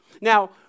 Now